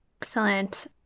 Excellent